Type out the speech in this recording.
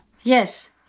Yes